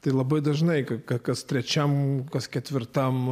tai labai dažnai kaip kas trečiam kas ketvirtam